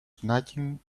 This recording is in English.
snacking